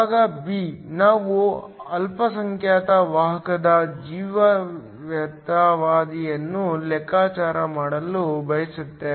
ಭಾಗ ಬಿ ನಾವು ಅಲ್ಪಸಂಖ್ಯಾತ ವಾಹಕದ ಜೀವಿತಾವಧಿಯನ್ನು ಲೆಕ್ಕಾಚಾರ ಮಾಡಲು ಬಯಸುತ್ತೇವೆ